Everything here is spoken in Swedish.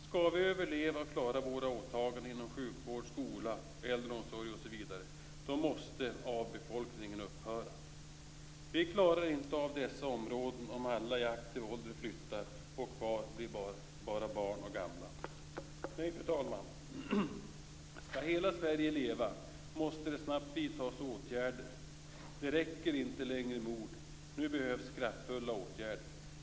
Skall vi lyckas klara våra åtaganden inom sjukvård, skola, äldreomsorg osv., måste avfolkningen upphöra. Vi klarar inte dessa områden om alla i aktiv ålder flyttar och bara barn och gamla blir kvar. Nej, fru talman, skall hela Sverige leva måste det snabbt vidtas åtgärder. Det räcker inte längre med ord. Nu behövs kraftfulla åtgärder.